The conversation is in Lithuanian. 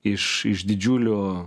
iš iš didžiulių